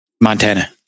Montana